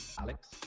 Alex